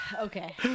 Okay